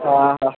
हां हां